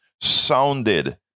sounded